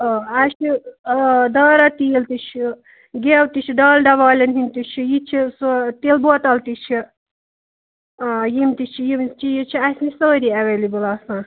آ اَسہِ چھِ آ دارا تیٖل تہِ چھُ گیٚو تہِ چھُ ڈالڈا والیٚن ہُنٛد تہِ چھُ یہِ چھُ سُہ تِل بوتل تہِ چھِ آ یِم تہِ چھِ یِم چیٖز چھِ اَسہِ نِش سٲری اویلیبل آسان